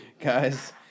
guys